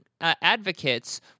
advocates